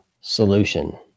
solution